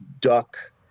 duck